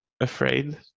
afraid